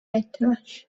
ettiler